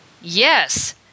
yes